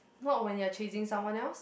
not when you are chasing someone else